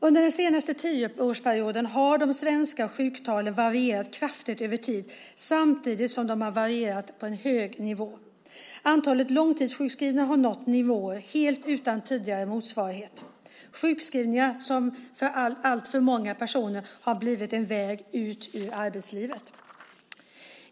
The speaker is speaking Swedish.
Under den senaste tioårsperioden har de svenska sjuktalen varierat kraftigt över tid samtidigt som de har varierat på en hög nivå. Antalet långtidssjukskrivna har nått nivåer helt utan tidigare motsvarighet, sjukskrivningar som för alltför många personer har blivit en väg ut ur arbetslivet.